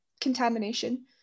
contamination